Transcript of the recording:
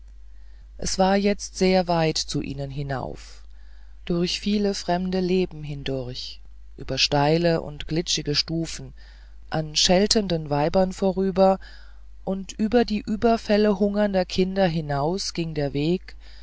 es war jetzt sehr weit zu ihnen hinauf durch viele fremde leben hindurch über steile und glitschige stufen an scheltenden weibern vorüber und über die überfälle hungernder kinder hinaus ging der weg